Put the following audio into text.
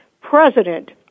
President